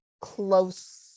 close